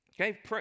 Okay